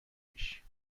پیش